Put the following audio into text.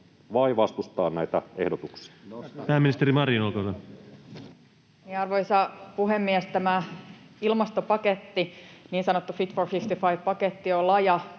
vai vastustaa näitä ehdotuksia? Pääministeri Marin, olkaa hyvä. Arvoisa puhemies! Tämä ilmastopaketti, niin sanottu Fit for 55 ‑paketti, on laaja